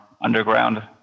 underground